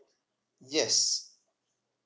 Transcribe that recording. yes